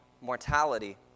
mortality